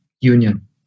union